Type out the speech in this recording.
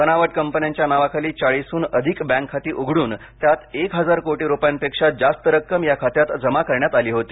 बनावट कंपन्यांच्या नावाखाली चाळीसहून अधिक बँक खाती उघडून त्यात एक हजार कोटीं रुपयांपेक्षा जास्त रक्कम या खात्यात जमा करण्यात आली होती